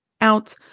out